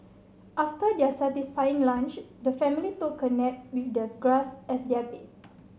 after their satisfying lunch the family took a nap with the grass as their bed